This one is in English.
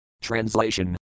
Translation